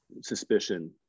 suspicion